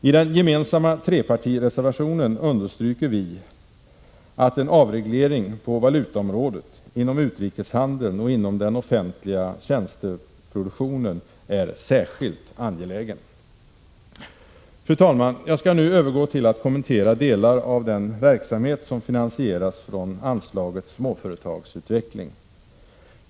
I den gemensamma trepartireservationen understryker vi att en avreglering på valutaområdet, inom utrikeshandeln och inom den offentliga tjänteproduktionen är särskilt angelägen. Fru talman! Jag skall nu övergå till att kommentera delar av den verksamhet som finansieras från anslaget Småföretagsutveckling.